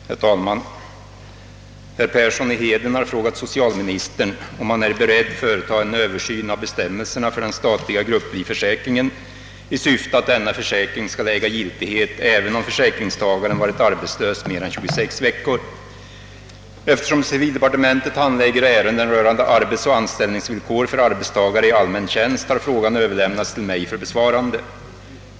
Herr talman! Herr Persson i Heden har frågat socialministern, om han är beredd företa en översyn av bestämmelserna för den statliga grupplivförsäkringen i syfte att denna försäkring skall äga giltighet även om försäkringstagaren varit arbetslös mer än 26 veckor. Eftersom civildepartementet handlägger ärenden rörande arbetsoch anställningsvillkor för arbetstagare i allmän tjänst, har frågan överlämnats till mig för besvarande.